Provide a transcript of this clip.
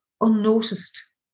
unnoticed